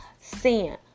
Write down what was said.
sin